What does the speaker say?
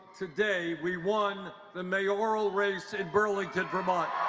today, we won the mayoral race in burlington, vermont.